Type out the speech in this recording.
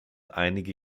einige